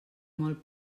molt